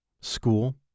school